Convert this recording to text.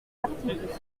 articles